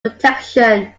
protection